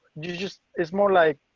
you just is more like